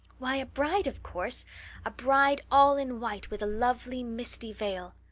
why, a bride, of course a bride all in white with a lovely misty veil.